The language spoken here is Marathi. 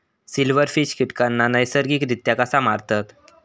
सिल्व्हरफिश कीटकांना नैसर्गिकरित्या कसा मारतत?